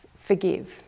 forgive